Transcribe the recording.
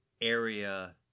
area